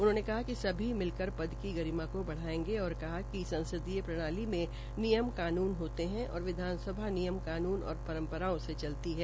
उन्होंने कहा कि कि सभी मिलकर पद की गरिमा को बढ़ायेंगे और कहा कि संसदीय प्रणाली में निष्पक्ष कानून होते है और विधानसभा नियम कानून और परम्पराओं से चलती है